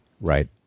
right